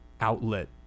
outlet